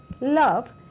love